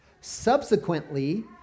subsequently